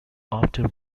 after